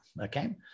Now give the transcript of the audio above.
Okay